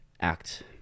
act